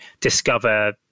discover